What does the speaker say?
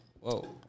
Whoa